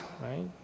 right